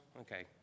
Okay